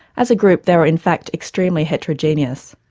as a group they were in fact extremely heterogeneous.